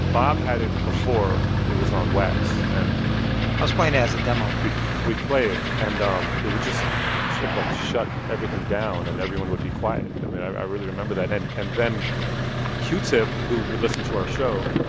bob had it before it was on wax and i was playing it as a demo we'd we'd play it, and um it would just sort of, like, shut everything down, and everyone would be quiet. i mean, i really remember that. and and then q-tip, who would listen to our show,